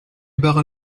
barra